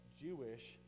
Jewish